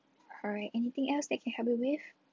alright anything else that I can help you with